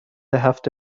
هفت